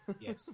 Yes